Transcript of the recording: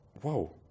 whoa